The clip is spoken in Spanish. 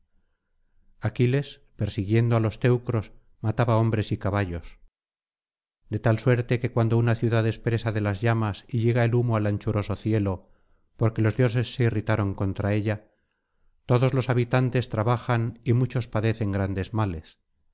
aquiles persiguiendo á los teucros mataba hombres y caballos de la suerte que cuando una ciudad es presa de las llamas y llega el humo al anchuroso cielo porque los dioses se irritaron contra ella todos los habitantes trabajan y muchos padecen grandes males